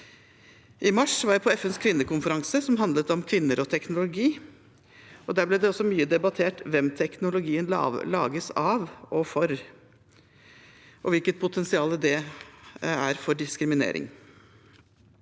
I mars var jeg på FNs kvinnekonferanse, som handlet om kvinner og teknologi, og der ble det også debattert mye hvem teknologien lages av og for, og hvilket potensial det er for diskriminering.